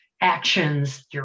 actions